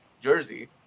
Jersey